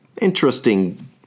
interesting